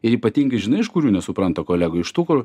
ir ypatingai žinai iš kurių nesupranta kolegų iš tų kur